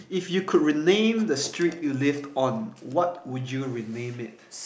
if you could rename the street you lived on what would you rename it